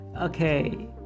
Okay